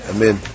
Amen